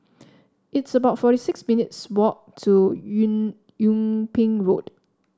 it's about forty six minutes' walk to Yung Yung Ping Road